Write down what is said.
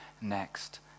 next